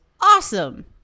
awesome